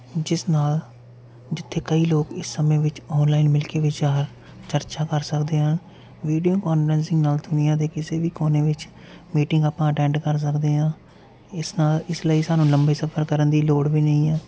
ਜਿਸ ਨਾਲ ਜਿੱਥੇ ਕਈ ਲੋਕ ਇਸ ਸਮੇਂ ਵਿੱਚ ਆਨਲਾਈਨ ਮਿਲ ਕੇ ਵਿਚਾਰ ਚਰਚਾ ਕਰ ਸਕਦੇ ਹਨ ਵੀਡੀਓ ਕੋਂਨਫਰੈਂਸਿੰਗ ਨਾਲ ਦੁਨੀਆਂ ਦੇ ਕਿਸੇ ਵੀ ਕੋਨੇ ਵਿੱਚ ਮੀਟਿੰਗ ਆਪਾਂ ਅਟੈਂਡ ਕਰ ਸਕਦੇ ਹਾਂ ਇਸ ਲਈ ਸਾਨੂੰ ਲੰਬੇ ਸਫ਼ਰ ਕਰਨ ਦੀ ਲੋੜ ਵੀ ਨਹੀਂ ਹੈ